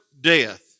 death